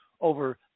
over